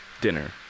dinner